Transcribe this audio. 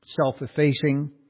self-effacing